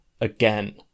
Again